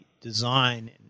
design